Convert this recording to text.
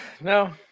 No